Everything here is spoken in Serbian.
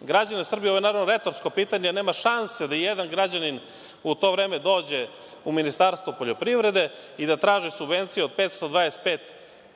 građane Srbije, ovo je naravno retorsko pitanje, jer nema šanse da ni jedan građanin u to vreme dođe u Ministarstvo poljoprivrede i da traži subvenciju od 525